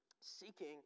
seeking